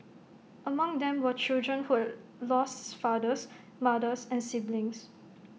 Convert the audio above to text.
among them were children who lost fathers mothers and siblings